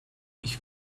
ich